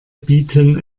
bieten